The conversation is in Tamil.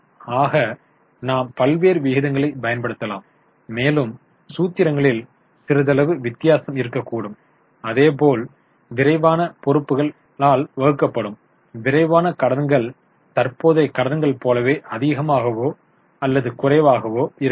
ஆக நாம் பல்வேறு விகிதங்களைப் பயன்படுத்தலாம் மேலும் சூத்திரங்களில் சிறிதளவு வித்தியாசம் இருக்கக்கூடும் அதேபோல் விரைவான பொறுப்புகள் வகுக்கப்படும் விரைவான கடன்கள் தற்போதைய கடன்கள் போலவே அதிகமாகவோ அல்லது குறைவாகவோ இருக்கலாம்